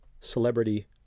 celebrity